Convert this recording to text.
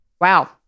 Wow